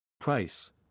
Price